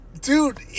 dude